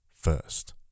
first